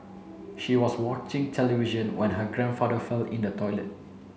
she was watching television when her grandfather fell in the toilet